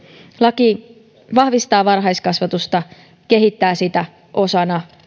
laki vahvistaa varhaiskasvatusta kehittää sitä osana